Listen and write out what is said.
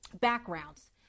backgrounds